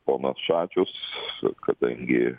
ponas šadžius kadangi